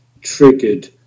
triggered